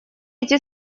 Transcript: эти